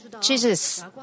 Jesus